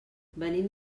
venim